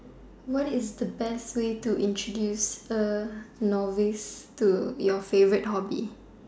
what is the best way to introduce er to your favorite hobby